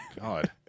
God